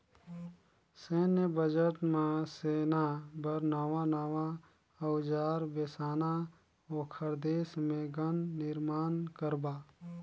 सैन्य बजट म सेना बर नवां नवां अउजार बेसाना, ओखर देश मे गन निरमान करबा